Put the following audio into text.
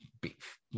beef